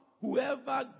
whoever